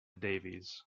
davies